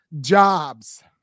jobs